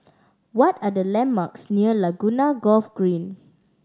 what are the landmarks near Laguna Golf Green